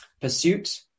pursuit